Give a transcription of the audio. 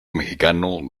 mexicano